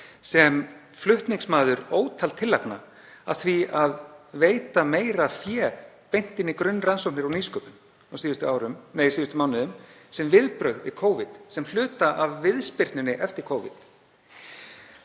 sem flutningsmaður ótal tillagna að því að veita meira fé beint inn í grunnrannsóknir og nýsköpun á síðustu mánuðum sem viðbrögð við Covid, sem hluta af viðspyrnunni eftir Covid